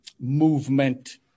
movement